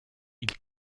ils